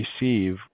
receive